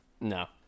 No